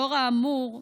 לאור האמור,